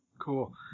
Cool